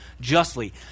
justly